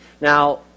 Now